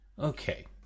Okay